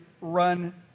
run